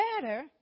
better